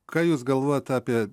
ką jūs galvojat apie